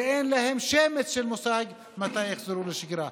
ואין להם שמץ של מושג מתי יחזרו לשגרה.